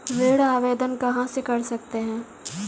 ऋण आवेदन कहां से कर सकते हैं?